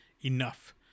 enough